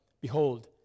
behold